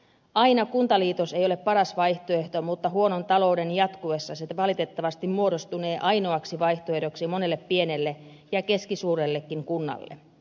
aina kuntaliitos ei ole paras vaihtoehto mutta huonon talouden jatkuessa se valitettavasti muodostunee ainoaksi vaihtoehdoksi monelle pienelle ja keskisuurellekin kunnalle